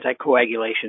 anticoagulation